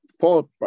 Paul